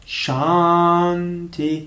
shanti